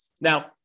Now